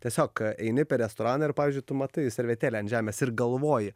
tiesiog eini per restoraną ir pavyzdžiui tu matai servetėlę ant žemės ir galvoji